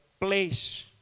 place